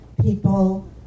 people